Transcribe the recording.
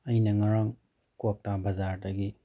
ꯑꯩꯅ ꯉꯔꯥꯡ ꯀ꯭ꯋꯥꯛꯇꯥ ꯕꯖꯥꯔꯗꯒꯤ